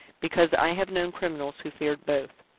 because i have known criminals who feared both.